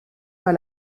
pas